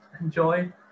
enjoy